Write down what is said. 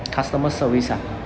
customer service ah